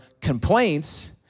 complaints